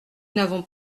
n’avons